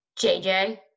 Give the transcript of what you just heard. JJ